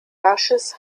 rasches